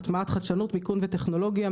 הטמעת חדשנות וטכנולוגיה,